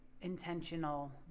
intentional